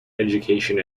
education